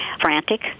frantic